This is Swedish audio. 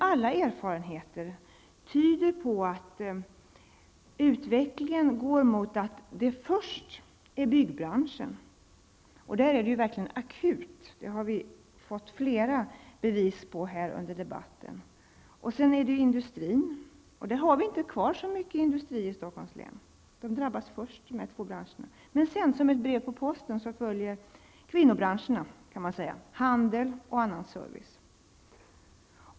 Alla erfarenheter tyder emellertid på att utvecklingen går mot att det först är byggbranschen som drabbas -- där är läget verkligen akut, det har vi fått flera bevis på här under debatten -- och sedan industrin. Vi har inte kvar så mycket industri i Stockholms län. Dessa två branscher drabbas alltså först. Men sedan, som ett brev på posten, följer vad man kan kalla kvinnobranscherna -- handel och annan service.